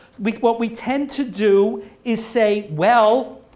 with what we tend to do is say well